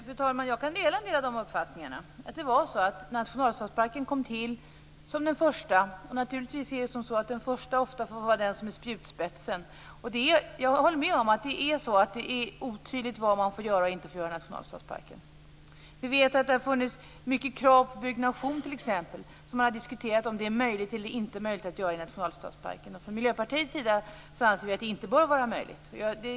Fru talman! Jag kan dela en del av de uppfattningarna. Det var så att nationalstadsparken kom till som den första, och den första får ofta vara den som är spjutspetsen. Jag håller med om att det är otydligt vad man får göra och inte får göra i nationalstadsparken. Vi vet att det har funnits många krav på byggnation, t.ex., och man har diskuterat vad som är möjligt och inte möjligt att göra i nationalstadsparken. Från Miljöpartiets sida anser vi att det inte bör vara möjligt att bygga.